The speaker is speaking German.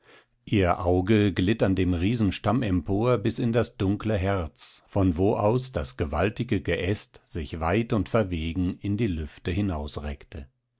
ihr auge glitt an dem riesenstamm empor bis in das dunkle herz von wo aus das gewaltige geäst sich weit und verwegen in die lüfte